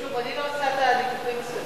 שוב, אני לא עושה את הניתוחים הסטטיסטיים.